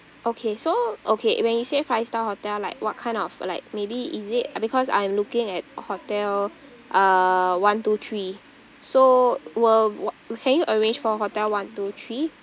okay so okay when you say five star hotel like what kind of like maybe is it because I am looking at hotel uh one two three so will w~ can you arrange for hotel one two three